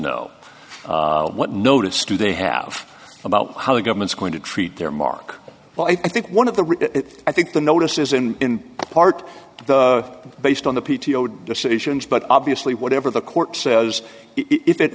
know what notice do they have about how the government's going to treat their mark well i think one of the i think the notice is in part based on the p t o decisions but obviously whatever the court says i